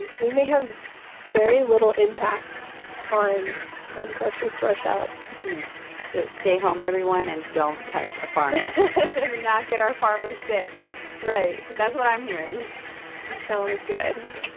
and we may have very little impact on grocery store shelves so stay home, everyone, and don't touch a farmer do not get our farmers sick right that's what i'm hearing sounds good